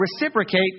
reciprocate